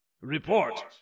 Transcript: Report